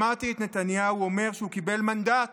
שמעתי את נתניהו אומר שהוא קיבל מנדט